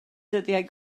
dyddiau